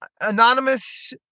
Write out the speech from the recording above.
anonymous